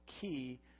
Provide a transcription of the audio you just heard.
key